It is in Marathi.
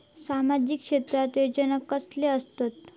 सामाजिक क्षेत्रात योजना कसले असतत?